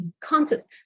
concerts